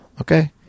Okay